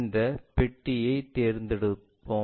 இந்த பெட்டியைத் தேர்ந்தெடுப்போம்